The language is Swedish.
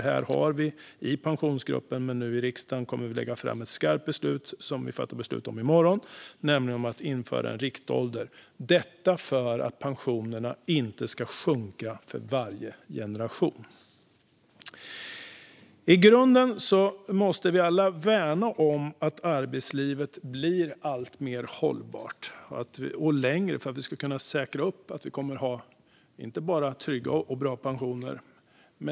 Här har vi i Pensionsgruppen och nu i riksdagen kommit överens om att lägga fram ett skarpt förslag som vi fattar beslut om i morgon om att införa en riktålder för att pensionerna inte ska sjunka för varje generation. I grunden måste vi alla värna om att arbetslivet blir alltmer hållbart och längre för att vi ska kunna säkerställa att vi inte bara kommer att ha trygga och bra pensioner.